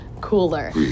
cooler